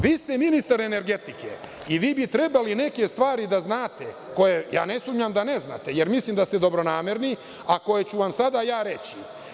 Vi ste ministar energetike i vi bi trebali neke stvari da znate koje, ja ne sumnjam da ne znate, jer milim da ste dobronamerni, a koje ću vam sada ja reći.